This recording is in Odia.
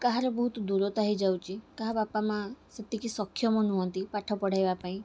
କାହାର ବହୁତ ଦୂରତା ହେଇଯାଉଛି କାହା ବାପା ମାଆ ସେତିକି ସକ୍ଷମ ନୁହଁନ୍ତି ପାଠ ପଢ଼େଇବା ପାଇଁ